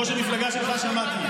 מראש המפלגה שלך שמעתי.